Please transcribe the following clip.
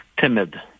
timid